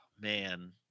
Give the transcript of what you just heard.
Man